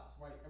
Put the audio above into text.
right